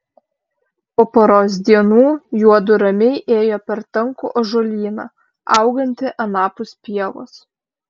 po poros dienų juodu ramiai ėjo per tankų ąžuolyną augantį anapus pievos